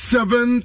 Seven